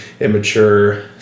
Immature